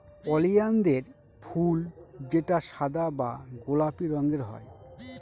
ওলিয়ানদের ফুল যেটা সাদা বা গোলাপি রঙের হয়